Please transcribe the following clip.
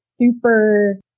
super